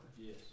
Yes